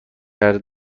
کرده